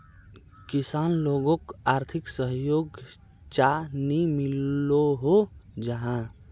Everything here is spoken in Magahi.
किसान लोगोक आर्थिक सहयोग चाँ नी मिलोहो जाहा?